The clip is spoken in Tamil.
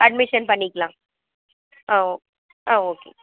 அட்மிஷன் பண்ணிக்கலாம் ஆ ஓ ஆ ஓகே